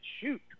shoot